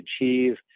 achieve